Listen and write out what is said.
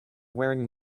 wearing